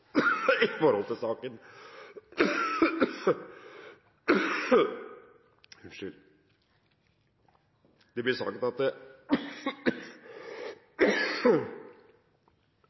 i forhold til kjernen i saken. Når det er sagt, vil jeg også si at